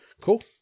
Cool